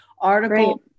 Article